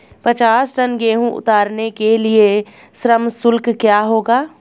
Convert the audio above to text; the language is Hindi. पचास टन गेहूँ उतारने के लिए श्रम शुल्क क्या होगा?